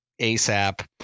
ASAP